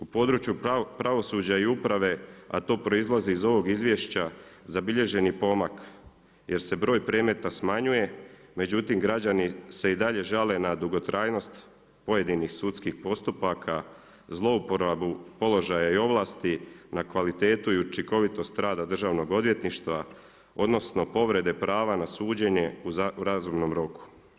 U području pravosuđa i uprave, a to proizlazi iz ovog izvješća, zabilježen je pomak, jer se broj predmeta smanjuje, međutim, građani se i dalje žale na dugotrajnost pojedinih sudskih postupaka, zlouporabu položaja i ovlasti, na kvalitetu i učinkovitost rada Državnog odvjetništva, odnosno, povrede prava na suđenje u razumnom roku.